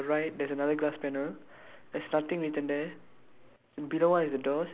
bet here right so on the right there's another glass panel there's nothing written there